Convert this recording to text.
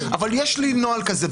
אבל יש לי נוהל כזה,